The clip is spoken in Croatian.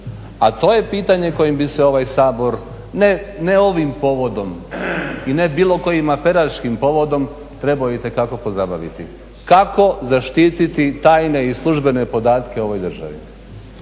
a to je pitanje kojim bi se ovaj Sabor, ne ovim povodom i ne bilo kojim aferaškim povodom trebao itekako pozabaviti, kako zaštititi tajne i službene podatke u ovoj državi.